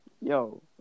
Yo